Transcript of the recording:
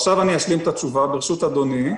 עכשיו אשלים את התשובה, ברשות אדוני.